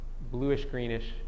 bluish-greenish